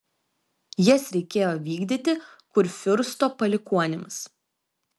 jas reikėjo vykdyti kurfiursto palikuonims